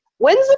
When's